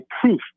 proof